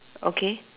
okay